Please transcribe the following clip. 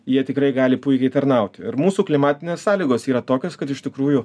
jie tikrai gali puikiai tarnauti ir mūsų klimatinės sąlygos yra tokios kad iš tikrųjų